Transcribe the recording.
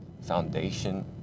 foundation